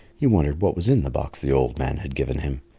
he wondered what was in the box the old man had given him.